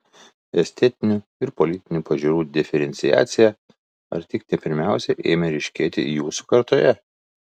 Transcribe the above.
estetinių ir politinių pažiūrų diferenciacija ar tik ne pirmiausia ėmė ryškėti jūsų kartoje